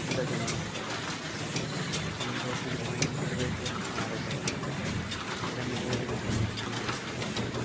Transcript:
യുടെ ജന്മസ്ഥലം കൊണ്ടോട്ടി മോയിൻ കുട്ടി വൈദ്യർ സ്മാരകം നിലമ്പൂർ ടീക്ക് മ്യൂസിയം